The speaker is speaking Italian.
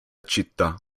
città